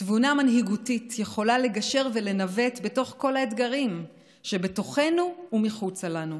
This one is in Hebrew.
תבונה מנהיגותית יכולה לגשר ולנווט בתוך כל האתגרים שבתוכנו ומחוצה לנו.